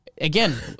again